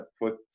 put